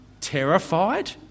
Terrified